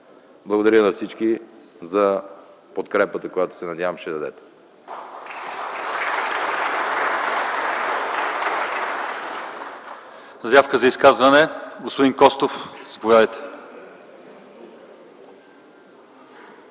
Благодаря на всички за подкрепата, която се надявам, че ще дадете.